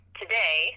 today